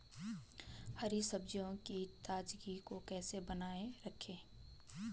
हरी सब्जियों की ताजगी को कैसे बनाये रखें?